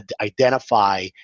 identify